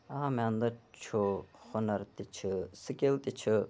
آ مےٚ اَنٛدر چھُ ہُنر تہِ چھُ سِکِل تہِ چھُ